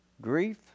Grief